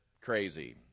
crazy